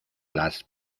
las